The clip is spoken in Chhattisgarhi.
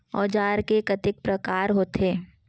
औजार के कतेक प्रकार होथे?